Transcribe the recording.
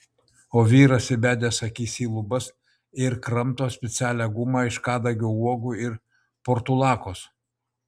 o vyras įbedęs akis į lubas ir kramto specialią gumą iš kadagio uogų ir portulakos